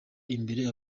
imbere